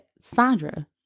Sandra